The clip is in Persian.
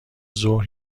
ظهر